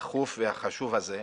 על באמת הדיון הדחוף והחשוב הזה.